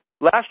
Last